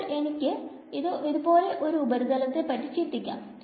അപ്പോൾ എനിക്ക് ഇതുപോലെ ഒരു ഉപരിതലത്തെ പറ്റി ചിന്തിക്കാം